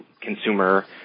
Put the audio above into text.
consumer